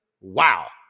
Wow